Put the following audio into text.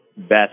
best